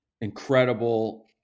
incredible